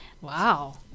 Wow